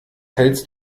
hältst